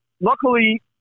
luckily